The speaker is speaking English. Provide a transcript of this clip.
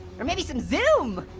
or maybe some zoom!